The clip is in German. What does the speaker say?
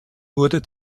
wurde